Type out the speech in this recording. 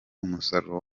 umusaruro